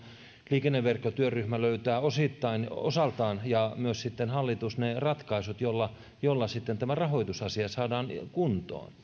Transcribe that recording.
liikenneverkkotyöryhmä löytää osaltaan ja myös sitten hallitus ne ratkaisut joilla tämä rahoitusasia saadaan kuntoon